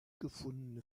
gefundene